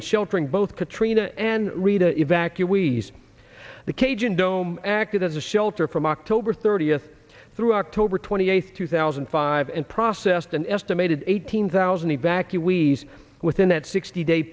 and sheltering both katrina and rita evacuees the cajun dome acted as a shelter from october thirtieth through october twenty eighth two thousand and five and processed an estimated eight hundred thousand evacuees within that sixty day